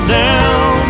down